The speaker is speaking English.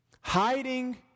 Hiding